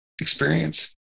experience